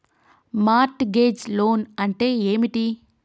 Mart gauge loan అంటే ఏమిటి?